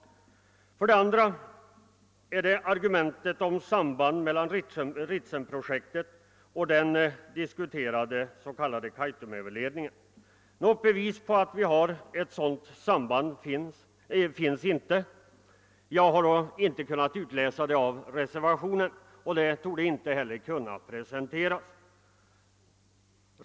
Beträffande det andra argumentet, om sambandet mellan Ritsemprojektet och den diskuterade s.k. Kaitumöverledningen, vill jag säga att det inte finns något bevis för ett sådant samband. Jag har inte kunnat utläsa något sådant av reservationen, och det torde inte heller kunna presenteras ett sådant samband.